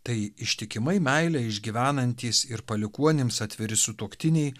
tai ištikimai meilę išgyvenantys ir palikuonims atviri sutuoktiniai